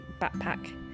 backpack